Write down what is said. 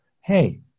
hey